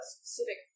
specific